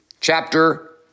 chapter